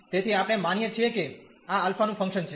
તેથી આપણે માનીએ છીએ કે આ α નું ફંક્શન છે